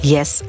Yes